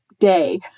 day